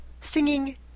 Singing